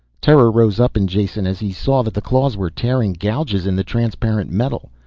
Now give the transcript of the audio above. terror rose up in jason as he saw that the claws were tearing gouges in the transparent metal.